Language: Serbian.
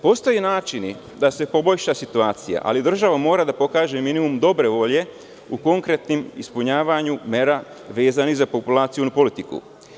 Postoje načini da se poboljša situacija, ali država mora da pokaže minimum dobre volje u konkretnom ispunjavanju mera vezanih za populacionu politiku.